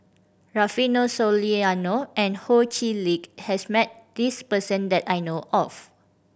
Rufino Soliano and Ho Chee Lick has met this person that I know of